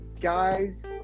guys